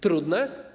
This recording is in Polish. Trudne?